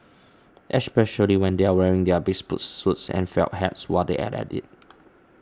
especially when they are wearing their bespoke suits and felt hats while they are at it